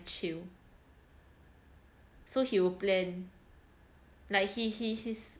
chill so he will plan like he he he's